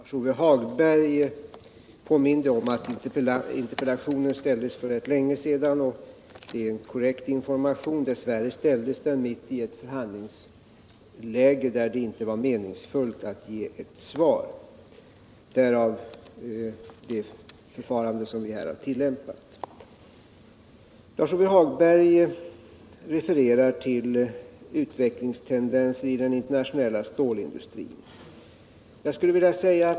Herr talman! Lars-Ove Hagberg påminde om att interpellationen ställdes för rätt länge sedan. Det är en korrekt information. Dess värre ställdes den mitt i ett förhandlingsläge där det inte var meningsfullt att ge ett svar. Därav det förfarande som vi här har tillämpat. Lars-Ove Hagberg refererar till utvecklingstendenserna i den internationella stålindustrin.